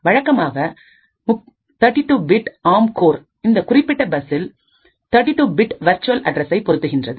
வழக்கமாக 32 பிட் ஆம் கோர் இந்த குறிப்பிட்ட பஸ்ஸில் 32 பிட் வெர்ச்சுவல் அட்ரஸை பொருத்துகின்றது